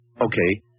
okay